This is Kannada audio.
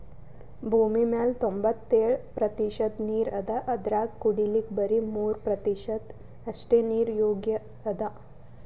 ಭೂಮಿಮ್ಯಾಲ್ ತೊಂಬತ್ತೆಳ್ ಪ್ರತಿಷತ್ ನೀರ್ ಅದಾ ಅದ್ರಾಗ ಕುಡಿಲಿಕ್ಕ್ ಬರಿ ಮೂರ್ ಪ್ರತಿಷತ್ ಅಷ್ಟೆ ನೀರ್ ಯೋಗ್ಯ್ ಅದಾ